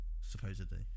supposedly